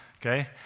Okay